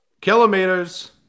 Kilometers